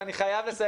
חיה